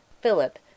Philip